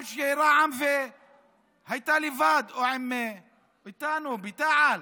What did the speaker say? גם כשרע"מ הייתה לבד או איתנו בתע"ל,